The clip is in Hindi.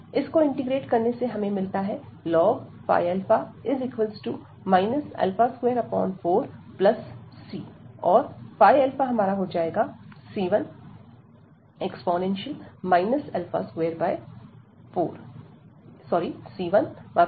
इस को इंटीग्रेट करने पर हमें मिलता है ϕα 24c और c1e 24